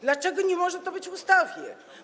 Dlaczego nie może to być w ustawie?